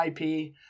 IP